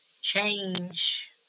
change